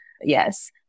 Yes